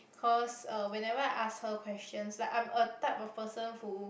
cause uh whenever I ask her questions like I am a type of person who